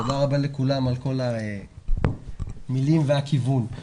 תודה רבה לכולם על המילים והכיוון.